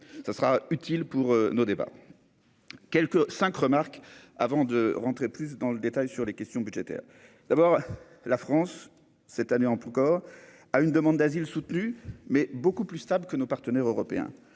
ce sera utile pour nos débats quelque 5, remarque avant de rentrer plus dans le détail sur les questions budgétaires, d'abord la France cette année, en tout cas à une demande d'asile soutenu mais beaucoup plus stable que nos partenaires européens,